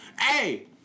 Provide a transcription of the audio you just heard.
Hey